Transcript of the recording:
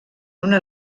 una